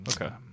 okay